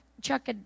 Chuck